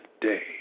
day